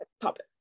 Topic